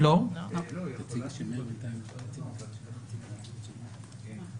אני לא מכיר בדיני כשרות בהלכה שעוסקים בכשרותו של טלפון.